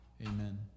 Amen